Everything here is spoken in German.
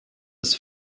des